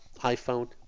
iPhone